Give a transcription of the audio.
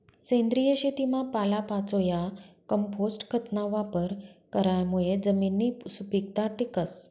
सेंद्रिय शेतीमा पालापाचोया, कंपोस्ट खतना वापर करामुये जमिननी सुपीकता टिकस